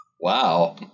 Wow